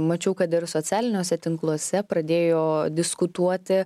mačiau kad ir socialiniuose tinkluose pradėjo diskutuoti